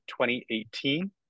2018